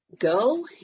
Go